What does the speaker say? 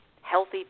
healthy